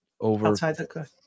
over